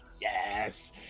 Yes